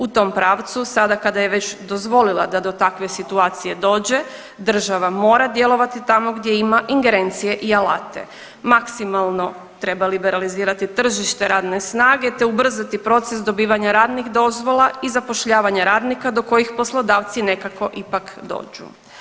U tom pravcu sada kada je već dozvolila da do takve situacije dođe država mora djelovati tamo gdje ima ingerencije i alate, maksimalno treba liberalizirati tržište radne snage, te ubrzati proces dobivanja radnih dozvola i zapošljavanja radnika do kojih poslodavci nekako ipak dođu.